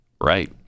Right